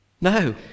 No